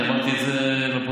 אני אמרתי את זה לפרוטוקול,